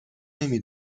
نمی